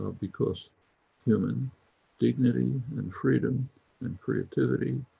because human dignity and freedom and creativity,